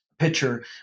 Picture